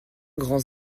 grands